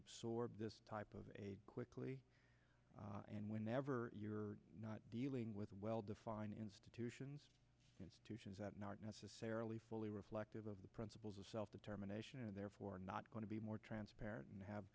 absorb this type of aid quickly and whenever you're not dealing with well defined institutions institutions are not necessarily fully reflective of the principles of self determination and therefore are not going to be more transparent and have